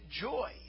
joy